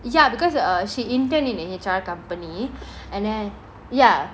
ya because uh she intern in a H_R company and then ya